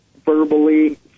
verbally